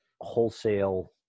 wholesale